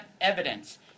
evidence